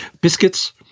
biscuits